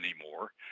anymore